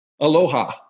Aloha